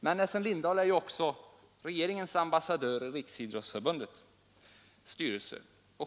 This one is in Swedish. Men Essen Lindahl är också regeringens ambassadör i Riksidrottsförbundets styrelse.